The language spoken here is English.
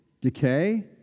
decay